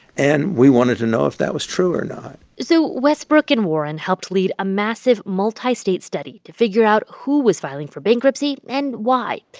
and we wanted to know if that was true or not so westbrook and warren helped lead a massive, multi-state study to figure out who was filing for bankruptcy and why.